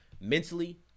Mentally